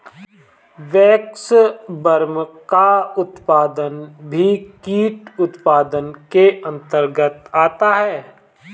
waxworm का उत्पादन भी कीट उत्पादन के अंतर्गत आता है